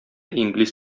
инглиз